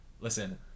Listen